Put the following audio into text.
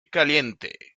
caliente